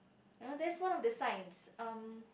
you know that's one of the signs um